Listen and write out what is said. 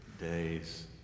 days